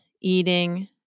eating